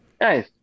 Nice